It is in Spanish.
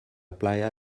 playa